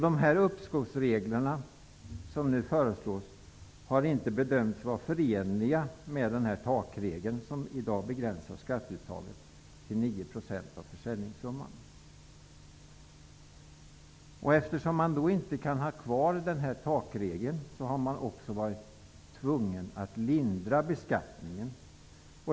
De uppskovsregler som nu föreslås har inte bedömts vara förenliga med takregeln som i dag begränsar skatteuttaget till 9 % av försäljningssumman. Eftersom det inte går att ha kvar takregeln är det tvunget att lindra beskattningen.